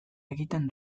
egiten